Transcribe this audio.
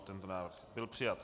Tento návrh byl přijat.